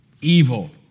evil